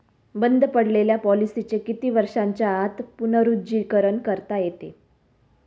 बंद पडलेल्या पॉलिसीचे किती वर्षांच्या आत पुनरुज्जीवन करता येते?